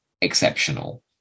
exceptional